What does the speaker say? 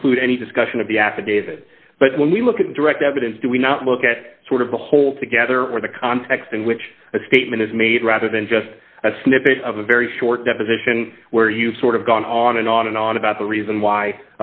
include any discussion of the affidavit but when we look at direct evidence do we not look at sort of the whole together or the context in which a statement is made rather than just a snippet of a very short deposition where you sort of gone on and on and on about the reason why